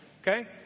okay